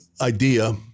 idea